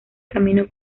camino